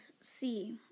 see